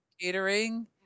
catering